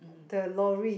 the lorry